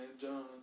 John